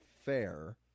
fair